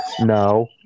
No